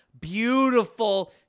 beautiful